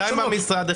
שתיים במשרד,